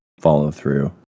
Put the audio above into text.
follow-through